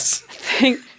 Thank